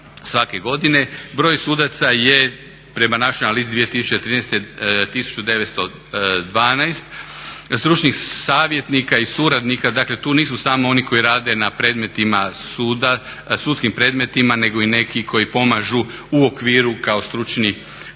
svake godine. Broj sudaca je prema našoj analizi 2013. 1912, stručnih savjetnika i suradnika, dakle tu nisu samo oni koji rade na predmetima suda, sudskim predmetima nego i neki koji pomažu u okviru kao stručno